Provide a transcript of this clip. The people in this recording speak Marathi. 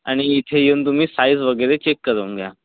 आणि इथे येऊन तुम्ही साइझ वगैरे चेक करून घ्या